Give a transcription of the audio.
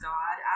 God